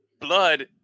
blood